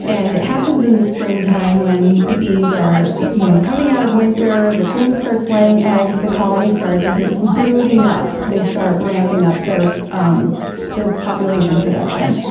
and it happens in the springtime when bees are you know coming out of winter. the queen starts laying eggs, the colony starts like brooding up. they start ramping up their um their population production.